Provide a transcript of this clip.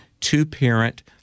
two-parent